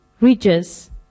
ridges